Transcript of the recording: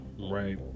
right